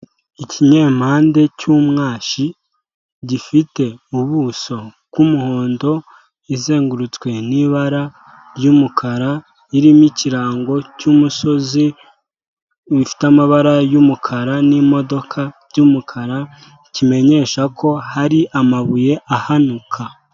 Ikinyempande cy'umwashi gifite ubuso bw'umuhondo, izengurutswe n'ibara ry'umukara, irimo ikirango cy'umusozi, bifite amabara y'umukara n'imodoka by'umukara kimenyesha ko hari amabuye ahanuka.